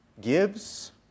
gives